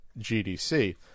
GDC